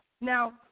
Now